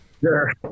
sure